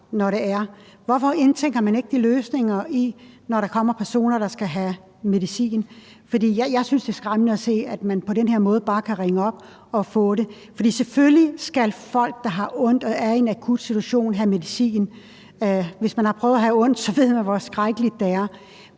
Hvorfor indtænker man ikke de løsninger, når der kommer personer, der skal have medicin? For jeg synes, det er skræmmende at se, at man på den her måde bare kan ringe op og få det. For selvfølgelig skal folk, der har ondt og er i en akut situation, have medicin. Hvis man har prøvet at have ondt, så ved man, hvor skrækkeligt det er.